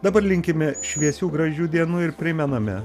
dabar linkime šviesių gražių dienų ir primename